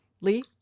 Lee